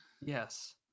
yes